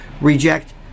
reject